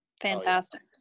fantastic